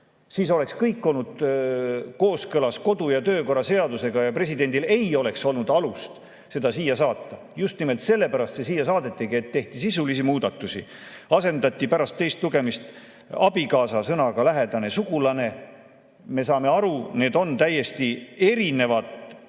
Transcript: siis oleks kõik olnud kooskõlas kodu- ja töökorra seadusega ja presidendil ei oleks olnud alust seda siia saata. Just nimelt sellepärast see siia saadetigi, et tehti sisulisi muudatusi, asendati pärast teist lugemist sõna "abikaasa" sõnadega "lähedane sugulane." Me saame aru, et need on täiesti erinevad